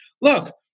look